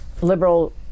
liberal